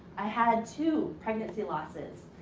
i had two pregnancy losses.